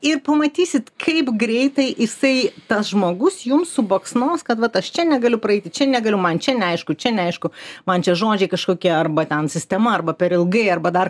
ir pamatysit kaip greitai jisai tas žmogus jums subaksnos kad vat aš čia negaliu praeiti čia negaliu man čia neaišku čia neaišku man čia žodžiai kažkokie arba ten sistema arba per ilgai arba dar